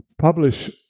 Publish